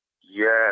Yes